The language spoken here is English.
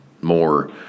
more